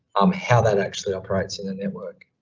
um, how that actually operates in the network.